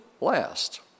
last